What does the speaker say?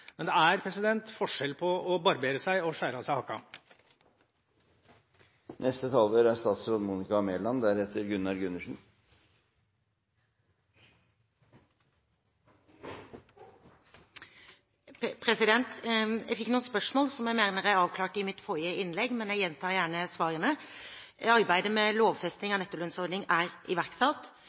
Men det er forskjell på å barbere seg og å skjære av seg haka. Jeg fikk noen spørsmål som jeg mener jeg avklarte i mitt forrige innlegg, men jeg gjentar gjerne svarene. Arbeidet med lovfesting av nettolønnsordning er iverksatt.